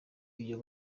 iyo